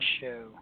show